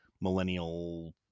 millennial